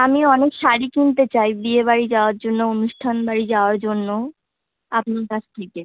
আমি অনেক শাড়ি কিনতে চাই বিয়েবাড়ি যাওয়ার জন্য অনুষ্ঠান বাড়ি যাওয়ার জন্য আপনার কাছ থেকে